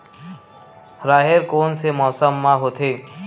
राहेर कोन से मौसम म होथे?